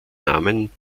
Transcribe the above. namen